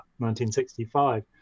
1965